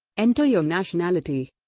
enter your nationality